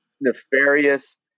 nefarious